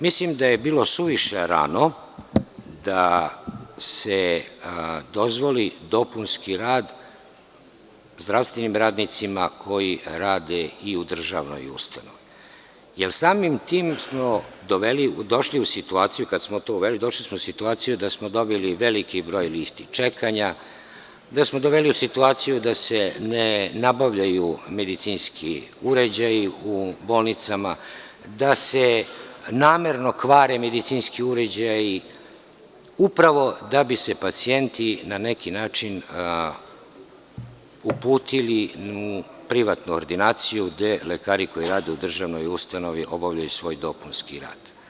Mislim da je bilo suviše rano da se dozvoli dopunski rad zdravstvenim radnicima koji rade i u državnoj ustanovi jer samim tim smo došli u situaciju kada smo to uveli da smo dobili veliki broj liste čekanja, da smo doveli u situaciju da se ne nabavljaju medicinski uređaji u bolnicama, da se namerno kvare medicinski uređaji upravo da bi se pacijenti na neki način uputili u privatnu ordinaciju, gde lekari koji rade u državnoj ustanovi obavljaju svoj dopunski rad.